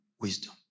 wisdom